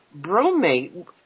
bromate